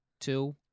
Two